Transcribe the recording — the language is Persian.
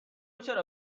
چرا